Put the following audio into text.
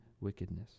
wickedness